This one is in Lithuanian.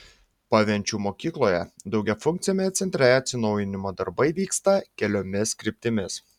pavenčių mokykloje daugiafunkciame centre atsinaujinimo darbai vyksta keliomis kryptimis